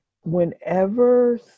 whenever